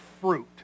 fruit